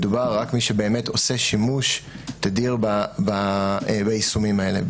מדובר רק על מי שבאמת עושה שימוש תדיר ביישומים האלה,